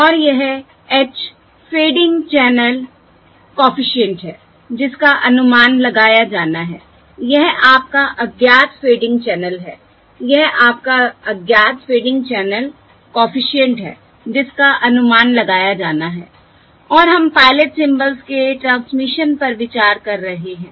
और यह h fading channel coefficient है जिसका अनुमान लगाया जाना है यह आपका अज्ञात फ़ेडिंग चैनल है यह आपका अज्ञात फ़ेडिंग चैनल कॉफिशिएंट है जिसका अनुमान लगाया जाना है और हम पायलट सिंबल्स के ट्रांसमिशन पर विचार कर रहे हैं